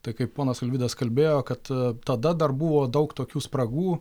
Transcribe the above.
tai kaip ponas alvydas kalbėjo kad tada dar buvo daug tokių spragų